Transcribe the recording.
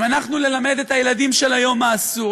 אם אנחנו נלמד את הילדים של היום מה אסור,